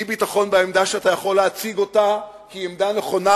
אי-ביטחון בעמדה שאתה יכול להציג אותה שהיא עמדה נכונה,